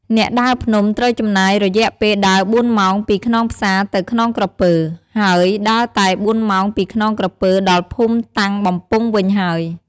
អ្នកដើរភ្នំ ត្រូវចំណាយរយៈពេលដើរ៤ម៉ោងពីខ្នងផ្សាទៅខ្នងក្រពើ ហើយដើរតែ៤ម៉ោងពីខ្នងក្រពើដល់ភូមិតាំងបំពង់វិញហើយ។